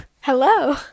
hello